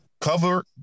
cover